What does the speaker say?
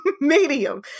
medium